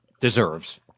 Deserves